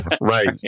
right